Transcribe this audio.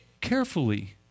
carefully